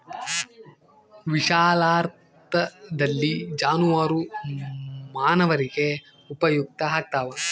ವಿಶಾಲಾರ್ಥದಲ್ಲಿ ಜಾನುವಾರು ಮಾನವರಿಗೆ ಉಪಯುಕ್ತ ಆಗ್ತಾವ